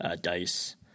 dice